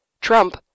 Trump